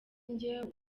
njyewe